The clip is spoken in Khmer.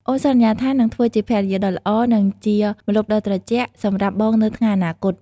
អូនសន្យាថានឹងធ្វើជាភរិយាដ៏ល្អ និងជាម្លប់ដ៏ត្រជាក់សម្រាប់បងនៅថ្ងៃអនាគត។